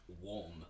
warm